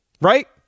right